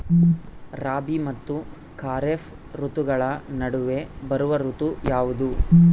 ರಾಬಿ ಮತ್ತು ಖಾರೇಫ್ ಋತುಗಳ ನಡುವೆ ಬರುವ ಋತು ಯಾವುದು?